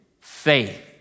faith